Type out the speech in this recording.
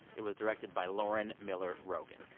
it was directed by lauren miller rogen.